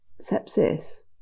Sepsis